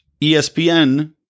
ESPN